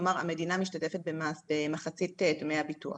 כלומר המדינה משתתפת במחצית דמי הביטוח.